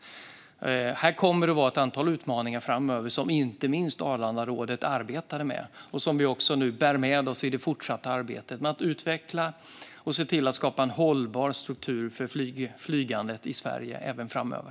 Här kommer det att finnas ett antal utmaningar som inte minst Arlandarådet arbetar med och som vi bär med oss i det fortsatta arbetet med att utveckla och se till att skapa en hållbar struktur för flygandet i Sverige även framöver.